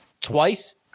twice